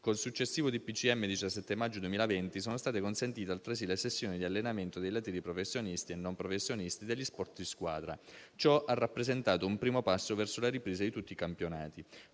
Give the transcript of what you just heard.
dei ministri del 17 maggio 2020 sono state consentite, altresì, le sessioni di allenamento degli atleti professionisti e non professionisti degli sport di squadra. Ciò ha rappresentato un primo passo verso la ripresa di tutti i campionati.